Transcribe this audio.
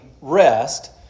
rest